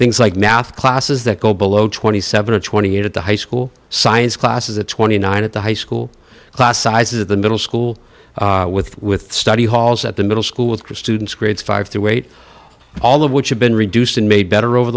things like math classes that go below twenty seven or twenty eight at the high school science classes at twenty nine at the high school class sizes of the middle school with with study halls at the middle school with kristen's grades five through eight all of which have been reduced and made better over